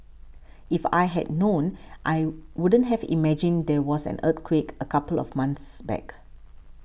if I hadn't known I wouldn't have imagined there was an earthquake a couple of months back